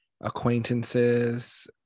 acquaintances